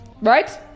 right